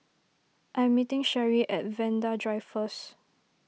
I'm meeting Cherrie at Vanda Drive first